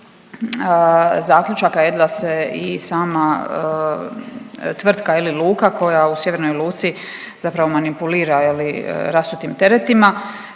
zaključaka je da se i sama tvrtka je li Luka koja u sjevernoj Luci zapravo manipulira je li, rasutim teretima,